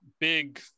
big